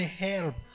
help